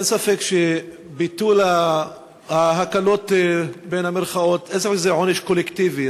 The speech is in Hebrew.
אין ספק שביטול ה"הקלות" זה עונש קולקטיבי.